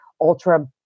ultra